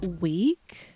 week